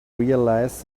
realise